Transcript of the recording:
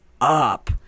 up